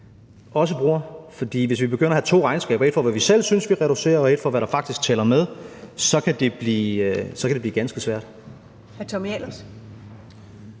også bruger, for hvis vi begynder at have to regnskaber – et for, hvad vi selv synes vi reducerer med, og et for, hvad der faktisk tæller med – så kan det blive ganske svært.